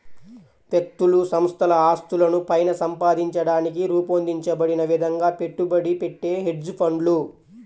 వ్యక్తులు సంస్థల ఆస్తులను పైన సంపాదించడానికి రూపొందించబడిన విధంగా పెట్టుబడి పెట్టే హెడ్జ్ ఫండ్లు